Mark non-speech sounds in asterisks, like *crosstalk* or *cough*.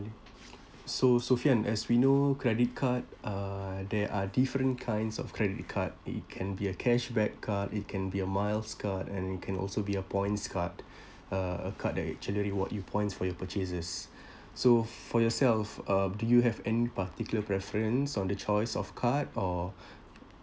so sophian as we know credit card uh there are different kinds of credit card it can be a cashback card it can be a miles card and it can also be a points card uh a card that actually reward you points for your purchases *breath* so for yourself uh do you have any particular preference on the choice of card or